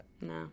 No